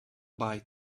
bite